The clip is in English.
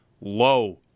low